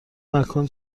مکان